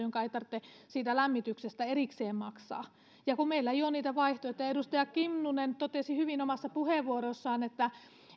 ja jonka ei tarvitse siitä lämmityksestä erikseen maksaa meillä kun ei ole vaihtoehtoja edustaja kinnunen totesi hyvin omassa puheenvuorossaan että